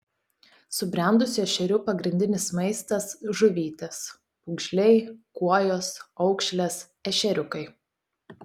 subrendusių ešerių pagrindinis maistas žuvytės pūgžliai kuojos aukšlės ešeriukai